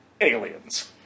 Aliens